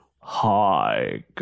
hi